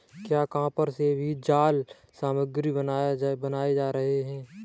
क्या कॉपर से भी जाल सामग्री बनाए जा रहे हैं?